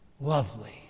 lovely